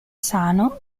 sano